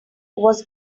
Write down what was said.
was